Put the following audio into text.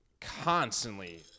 constantly